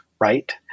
Right